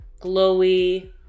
glowy